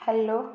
hello